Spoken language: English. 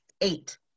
eight